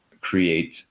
create